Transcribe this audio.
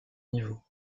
niveaux